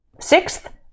Sixth